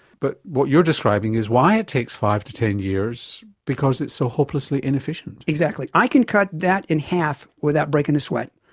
but what you're describing is why it takes five to ten years, because it's so hopelessly inefficient. exactly. i can cut that in half without breaking a sweat,